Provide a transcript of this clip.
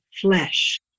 flesh